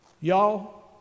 Y'all